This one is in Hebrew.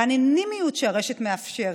האנונימיות שהרשת מאפשרת,